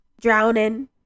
drowning